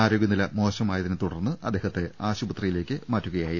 ആരോഗൃനില മോശമായതിനെ തുടർന്ന് അദ്ദേഹത്തെ ആശുപ ത്രിയിലേക്ക് മാറ്റുകയായിരുന്നു